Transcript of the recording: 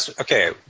okay